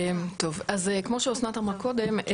כמו שאסנת אמרה קודם,